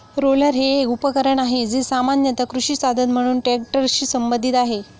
roller हे एक उपकरण आहे, जे सामान्यत कृषी साधन म्हणून ट्रॅक्टरशी संबंधित आहे